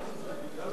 יאללה.